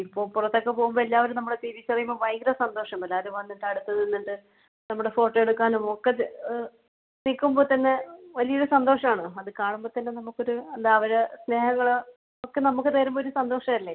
ഇപ്പോൾ പുറത്തൊക്കെ പോവുമ്പോൾ എല്ലാവരും നമ്മളെ തിരിച്ചറിയുമ്പോൾ ഭയങ്കര സന്തോഷം എല്ലാവരും വന്നിട്ട് അടുത്ത് നിന്നിട്ട് നമ്മുടെ ഫോട്ടോ എടുക്കാനും ഒക്കെ നിൽക്കുമ്പോൾ തന്നെ വലിയൊരു സന്തോഷമാണ് അത് കാണുമ്പോൾ തന്നെ നമുക്ക് ഒരു അത് അവർ സ്നേഹങ്ങൾ ഒക്കെ നമുക്ക് തരുമ്പോൾ ഒരു സന്തോഷമല്ലേ